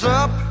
up